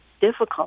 difficult